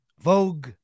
Vogue